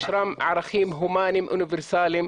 יש גם ערכיים הומאניים אוניברסאליים,